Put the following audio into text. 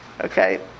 Okay